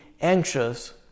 anxious